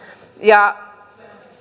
ja